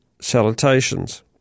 salutations